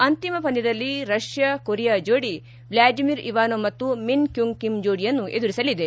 ಅಂತಿಮ ಪಂದ್ಯದಲ್ಲಿ Russia Korea ಜೋಡಿ ವ್ಲಾಡಿಮಿರ್ ಇವಾನೊ ಮತ್ತು ಮಿನ್ ಕ್ಯುಂಗ್ ಕಿಮ್ ಜೋಡಿಯನ್ನು ಎದುರಿಸಲಿದೆ